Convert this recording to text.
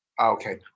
Okay